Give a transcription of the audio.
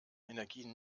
energien